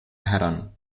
heran